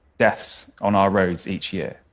deaths on our roads each year.